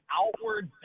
outward